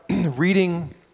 reading